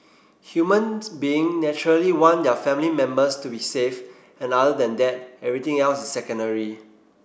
humans being naturally want their family members to be safe and other than that everything else is secondary